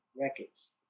records